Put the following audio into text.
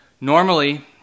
Normally